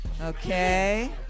Okay